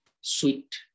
sweet